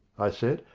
i said,